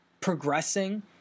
progressing